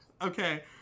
Okay